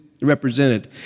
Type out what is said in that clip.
represented